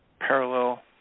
parallel